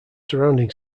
surrounding